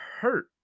hurt